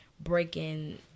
breaking